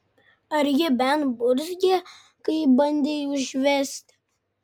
ar ji bent burzgė kai bandei užvesti